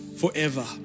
forever